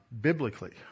biblically